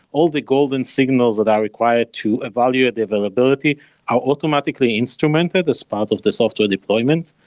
all the golden signals that are required to evaluate the availability are automatically instrumented as part of the software deployment.